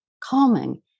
calming